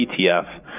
ETF